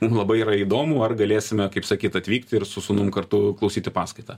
mum labai yra įdomu ar galėsime kaip sakyt atvykti ir su sūnum kartu klausyti paskaitą